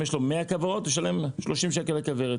אם יש לו 100 כוורות הוא ישלם 30 שקלים לכוורת.